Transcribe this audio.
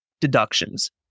deductions